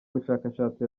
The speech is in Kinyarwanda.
bushakashatsi